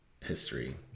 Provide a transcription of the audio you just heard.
history